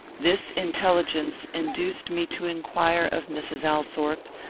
this intelligence induced me to inquire of mrs. althorpe,